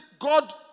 God